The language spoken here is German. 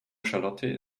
charlotte